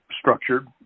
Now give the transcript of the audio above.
structured